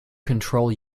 control